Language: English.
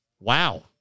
Wow